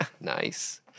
Nice